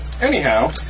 Anyhow